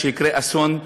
שיקרה אסון,